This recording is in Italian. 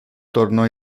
tornò